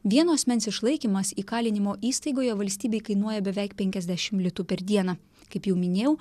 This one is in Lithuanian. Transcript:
vieno asmens išlaikymas įkalinimo įstaigoje valstybei kainuoja beveik penkiasdešim litų per dieną kaip jau minėjau